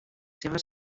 seves